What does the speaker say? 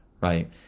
right